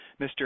Mr